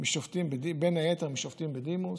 בין היתר משופטים בדימוס,